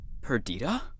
Perdita